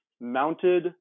Mounted